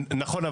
נכון.